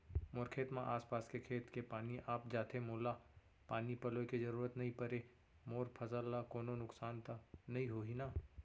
मोर खेत म आसपास के खेत के पानी आप जाथे, मोला पानी पलोय के जरूरत नई परे, मोर फसल ल कोनो नुकसान त नई होही न?